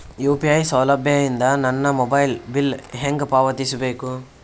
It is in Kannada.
ಯು.ಪಿ.ಐ ಸೌಲಭ್ಯ ಇಂದ ನನ್ನ ಮೊಬೈಲ್ ಬಿಲ್ ಹೆಂಗ್ ಪಾವತಿಸ ಬೇಕು?